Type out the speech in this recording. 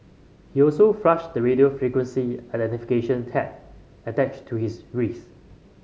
he also flushed the radio frequency identification tag attached to his wrist